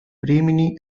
rimini